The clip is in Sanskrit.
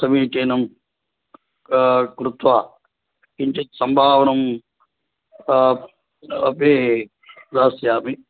समीचीनं कृत्वा किञ्चित् संभावनम् अपि दास्यामि